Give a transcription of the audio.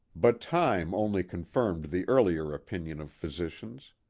but time only confirmed the earlier opinion of physicians.